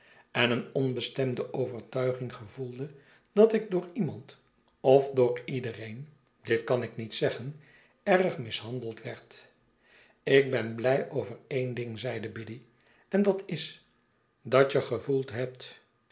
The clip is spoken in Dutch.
en eene onbestemde overtuiging gevoelde dat ik door iemand of door iedereen dit kan ik niet zeggen erg mishandeld werd ik ben blij over een ding zeide biddy en dat is dat je gevoeld hebt